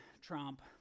Trump